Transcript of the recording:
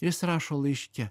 jis rašo laiške